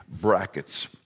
brackets